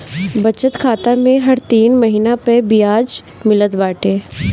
बचत खाता में हर तीन महिना पअ बियाज मिलत बाटे